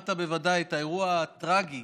שמעת בוודאי על האירוע הטרגי